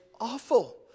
awful